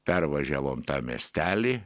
pervažiavom tą miestelį